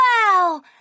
Wow